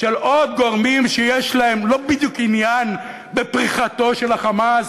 של עוד גורמים שיש להם לא בדיוק עניין בפריחתו של ה"חמאס",